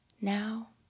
Now